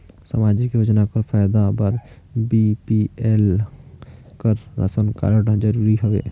समाजिक योजना कर फायदा बर बी.पी.एल कर राशन कारड जरूरी हवे?